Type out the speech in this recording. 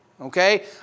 okay